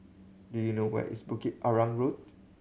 do you know where is Bukit Arang Road